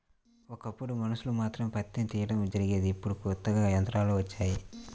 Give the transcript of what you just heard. ఒకప్పుడు మనుషులు మాత్రమే పత్తిని తీయడం జరిగేది ఇప్పుడు కొత్తగా యంత్రాలు వచ్చాయి